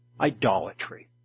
idolatry